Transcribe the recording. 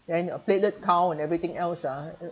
then your platelet count and everything else ah uh